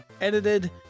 edited